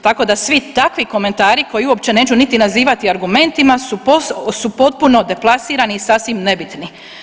Tako da svi takvi komentari koje uopće neću niti nazivati argumentima su potpuno deplasirani i sasvim nebitni.